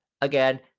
again